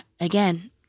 again